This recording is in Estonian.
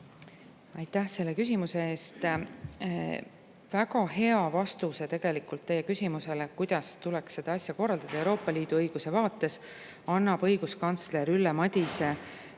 Aitäh selle küsimuse eest! Väga hea vastuse teie küsimusele, kuidas tuleks seda asja korraldada Euroopa Liidu õiguse vaates, annab tegelikult õiguskantsler Ülle Madise